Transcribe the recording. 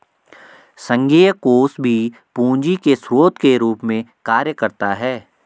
संघीय कोष भी पूंजी के स्रोत के रूप में कार्य करता है